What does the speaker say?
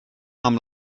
amb